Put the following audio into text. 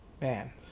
Man